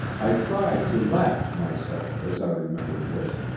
i tried to laugh to myself as i remembered this.